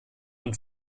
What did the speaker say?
und